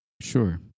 sure